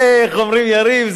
זה, איך אומרים, יריב?